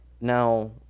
Now